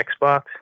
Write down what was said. Xbox